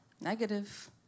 negative